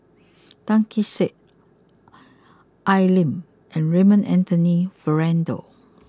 Tan Kee Sek Al Lim and Raymond Anthony Fernando